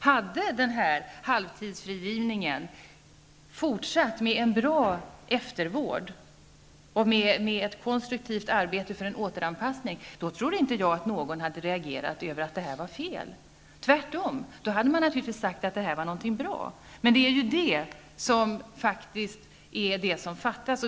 Hade halvtidsfrigivningen fortsatt med en bra eftervård och ett konstruktivt arbete för en återanpassning tror jag inte att någon hade reagerat över det och tyckt att det var fel, tvärtom. Då hade man naturligtvis sagt att detta var någonting bra. Men det är ju detta som faktiskt fattas.